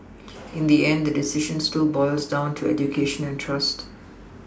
in the end the decision still boils down to education and trust